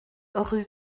rue